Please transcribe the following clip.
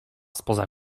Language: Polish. spoza